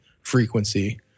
frequency